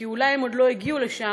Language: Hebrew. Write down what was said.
כי אולי הן עוד לא הגיעו לשם,